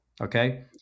Okay